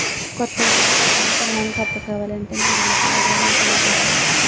కొత్త ఇల్లు లేదా భూమి కొనడానికి అప్పు కావాలి అంటే నా నెలసరి ఆదాయం ఎంత ఉండాలి?